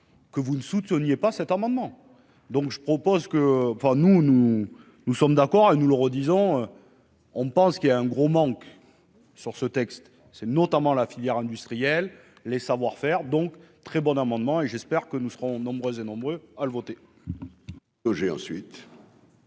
que vous ne soupçonniez pas cet amendement, donc je propose que, enfin, nous, nous nous sommes d'accord et nous le redisons, on pense qu'il a un gros manque sur ce texte, c'est notamment la filière industrielle, les savoir-faire donc très bon amendement et j'espère que nous serons nombreux et nombreux à le voter.